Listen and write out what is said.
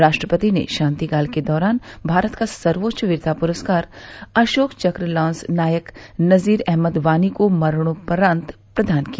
राष्ट्रपति ने शांतिकाल के दौरान भारत का सर्वोच्च वीरता प्रस्कार अशोक चक्र लांस नायक नजीर अहमद वानी को मरणोपरान्त प्रदान किया